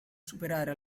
superare